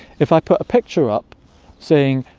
if i put a picture up saying,